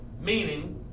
meaning